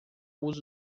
uso